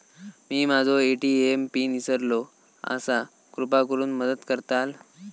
मी माझो ATM pin इसरलो आसा कृपा करुन मदत करताल